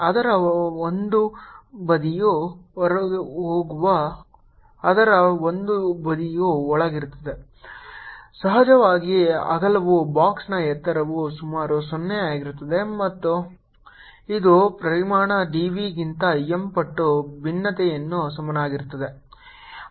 ಅದರ ಒಂದು ಬದಿಯು ಹೊರಗಿರುವಾಗ ಅದರ ಒಂದು ಬದಿಯು ಒಳಗಿರುತ್ತದೆ ಸಹಜವಾಗಿ ಅಗಲವು ಬಾಕ್ಸ್ನ ಎತ್ತರವು ಸುಮಾರು 0 ಆಗಿರುತ್ತದೆ ಮತ್ತು ಇದು ಪರಿಮಾಣ dv ಗಿಂತ M ಪಟ್ಟು ಭಿನ್ನತೆಯನ್ನು ಸಮನಾಗಿರಬೇಕು